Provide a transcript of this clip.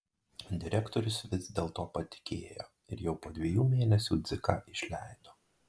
direktorius vis dėl to patikėjo ir jau po dviejų mėnesių dziką išleido